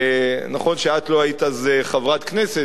נכון שאת לא היית אז חברת כנסת,